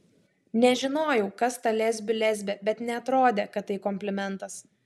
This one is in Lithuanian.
nežinojau kas ta lesbių lesbė bet neatrodė kad tai komplimentas